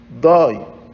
die